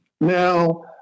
Now